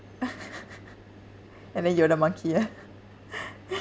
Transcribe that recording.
and then you're the monkey ah